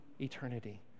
eternity